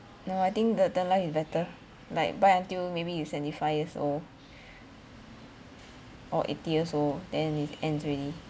no I think the deadline is better like buy until maybe you seventy five years old or eighty years old then it ends already